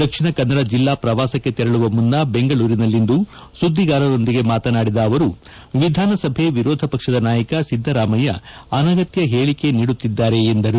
ದಕ್ಷಿಣ ಕನ್ನಡ ಜಿಲ್ಲಾ ಪ್ರವಾಸಕ್ಕೆ ತೆರಳುವ ಮುನ್ನ ಬೆಂಗಳೂರಿನಲ್ಲಿಂದು ಸುದ್ದಿಗಾರರೊಂದಿಗೆ ಮಾತನಾಡಿದ ಅವರು ವಿಧಾನಸಭೆ ವಿರೋಧ ಪಕ್ಷದ ನಾಯಕ ಸಿದ್ದರಾಮಯ್ಯ ಅನಗತ್ಯ ಹೇಳಿಕೆ ನೀಡುತ್ತಿದ್ದಾರೆ ಎಂದರು